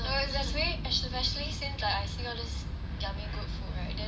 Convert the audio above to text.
no it's especial~ especially since like I see all these yummy good food right then